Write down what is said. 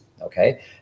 okay